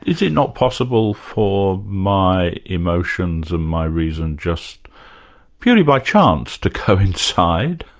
is it not possible for my emotions and my reason just purely by chance, to coincide?